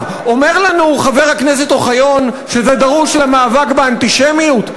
אומר לנו חבר הכנסת אוחיון שזה דרוש למאבק באנטישמיות.